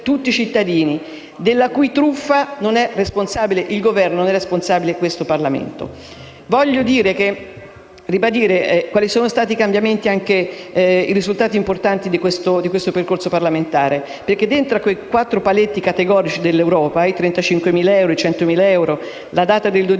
tutti i cittadini, della cui truffa non è responsabile il Governo o questo Parlamento. Voglio ribadire quali sono stati i risultati importanti di questo percorso parlamentare. Dentro i quattro paletti categorici dell'Europa (i 35.000 euro, i 100.000 euro, la data del 12